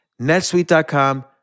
netsuite.com